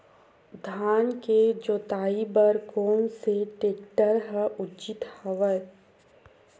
धान के जोताई बर कोन से टेक्टर ह उचित हवय?